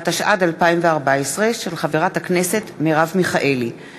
להיות לנו נשיא נבחר, הנשיא הבא.